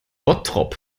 bottrop